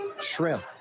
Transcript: Shrimp